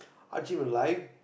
hardship in life